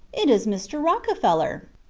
it is mr. rockefeller.